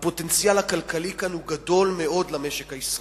הפוטנציאל הכלכלי כאן הוא גדול מאוד למשק הישראלי.